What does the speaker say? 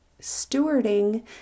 stewarding